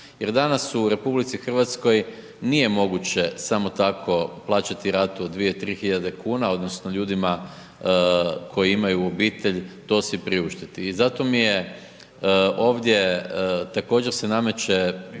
Jer danas u RH nije moguće samo tako plaćati ratu od 2, 3.000 kuna odnosno ljudima koji imaju obitelj to si priuštiti. I zato mi je ovdje također se nameće